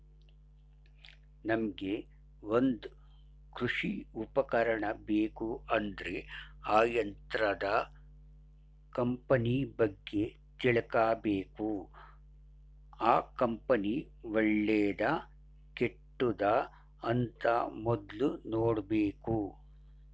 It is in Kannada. ನಮ್ಗೆ ಒಂದ್ ಕೃಷಿ ಉಪಕರಣ ಬೇಕು ಅಂದ್ರೆ ಆ ಯಂತ್ರದ ಕಂಪನಿ ಬಗ್ಗೆ ತಿಳ್ಕಬೇಕು ಆ ಕಂಪನಿ ಒಳ್ಳೆದಾ ಕೆಟ್ಟುದ ಅಂತ ಮೊದ್ಲು ನೋಡ್ಬೇಕು